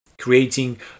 creating